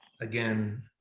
again